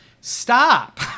Stop